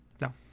No